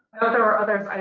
there are others.